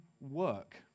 work